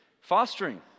Fostering